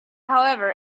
however